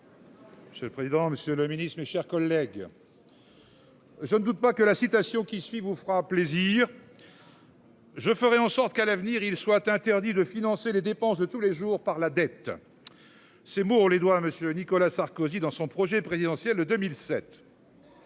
C'est le président, Monsieur le Ministre, mes chers collègues.-- Je ne doute pas que la citation qui suit vous fera plaisir.-- Je ferai en sorte qu'à l'avenir il soit interdit de financer les dépenses de tous les jours par la dette. Ces mots les doigts. Monsieur Nicolas Sarkozy dans son projet présidentiel de 2007.--